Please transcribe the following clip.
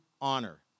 honor